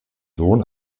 sohn